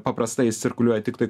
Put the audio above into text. paprastai jis cirkuliuoja tiktai